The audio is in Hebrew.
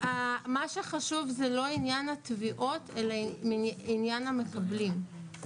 מה שחשוב זה לא עניין התביעות אלא עניין המקבלים.